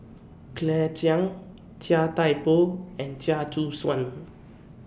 Claire Chiang Chia Thye Poh and Chia Choo Suan